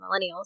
millennials